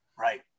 Right